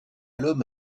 l’homme